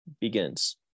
begins